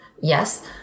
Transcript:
Yes